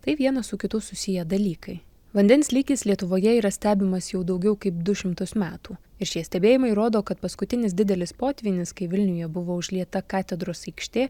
tai vienas su kitu susiję dalykai vandens lygis lietuvoje yra stebimas jau daugiau kaip du šimtus metų ir šie stebėjimai rodo kad paskutinis didelis potvynis kai vilniuje buvo užlieta katedros aikštė